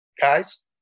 Guys